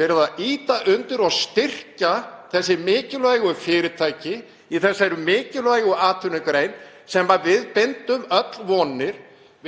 verið að ýta undir og styrkja þessi mikilvægu fyrirtæki í þeirri mikilvægu atvinnugrein sem við bindum öll vonir